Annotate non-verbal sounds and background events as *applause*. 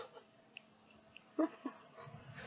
*laughs*